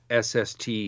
SST